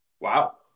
Wow